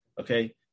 Okay